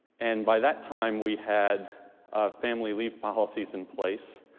and by that time we had family leave policies in place,